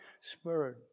Spirit